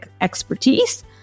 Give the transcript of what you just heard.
expertise